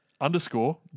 underscore